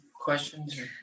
questions